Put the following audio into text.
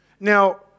Now